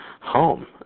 home